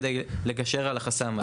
כדי לגשר על החסם הזה.